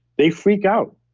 they freak out.